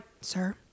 sir